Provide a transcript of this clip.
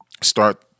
start